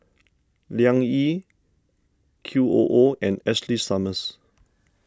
Liang Yi Q O O and Ashley Summers